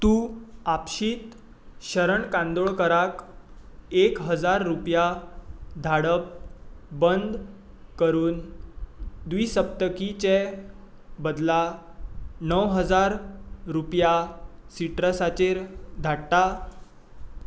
तूं आपशींत शरण कांदोळकराक एक हजार रुपया धाडप बंद करून द्विसप्तकीचे बदला णव हजार रुपया सिटरसाचेर धाडटा